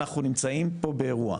אנחנו נמצאים פה באירוע.